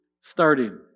starting